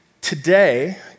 today